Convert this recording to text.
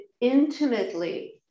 intimately